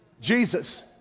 Jesus